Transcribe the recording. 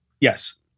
Yes